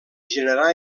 generar